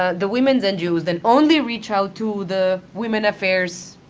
ah the women's ngos then only reach out to the women affairs,